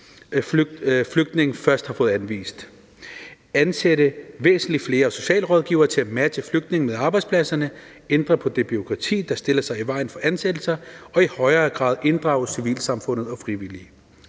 man først har fået anvist; ansætte væsentlig flere socialrådgivere til at matche flygtningene med arbejdspladserne; ændre på det bureaukrati, der stiller sig i vejen for ansættelser; og i højere grad inddrage civilsamfundet og frivillige.